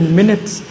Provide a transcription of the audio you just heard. minutes